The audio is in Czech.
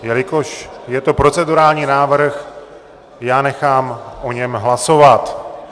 Jelikož je to procedurální návrh, nechám o něm hlasovat.